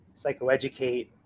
psychoeducate